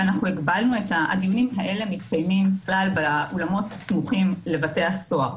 הדיונים הללו מתקיימים באולמות הסמוכים לבתי הסוהר.